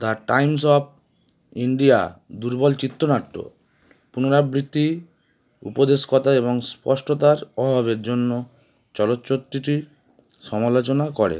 the Times of India দুর্বল চিত্রনাট্য পুনরাবৃত্তি উপদেশকতা এবং স্পষ্টতার অভাবের জন্য চলচ্চত্রটির সমালোচনা করে